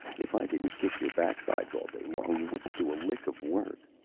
if i didn't kick your backsides all day long, you wouldn't do a lick of work.